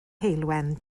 heulwen